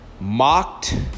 mocked